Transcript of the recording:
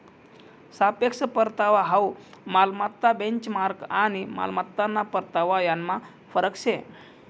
सापेक्ष परतावा हाउ मालमत्ता बेंचमार्क आणि मालमत्ताना परतावा यानमा फरक शे